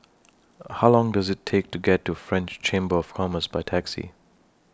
How Long Does IT Take to get to French Chamber of Commerce By Taxi